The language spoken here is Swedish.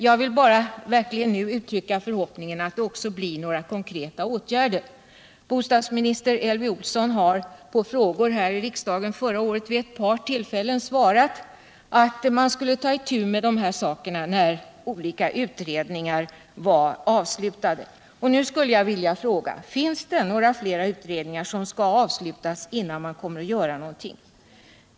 Jag vill nu bara uttrycka förhoppningen att den verkligen leder till några konkreta åtgärder. Bostadsminister Elvy Olsson har på frågor i riksdagen vid ett par tillfällen förra året svarat att man skulle ta itu med de här sakerna när olika utredningar var avslutade. Nu skulle jag vilja fråga: Finns det några fler utredningar som skall avslutas innan man kommer att göra någonting?